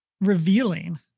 revealing